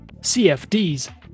CFDs